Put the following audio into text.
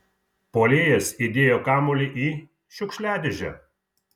puolėjas įdėjo kamuolį į šiukšliadėžę